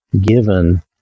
given